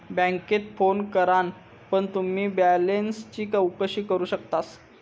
बॅन्केत फोन करान पण तुम्ही बॅलेंसची चौकशी करू शकतास